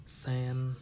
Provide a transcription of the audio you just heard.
sand